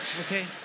okay